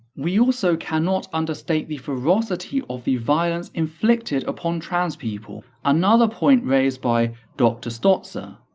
we also cannot understate the ferocity of the violence inflicted upon trans people, another point raised by dr stotzer.